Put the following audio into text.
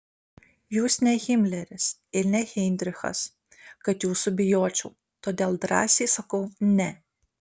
jūs ne himleris ir ne heidrichas kad jūsų bijočiau todėl drąsiai sakau ne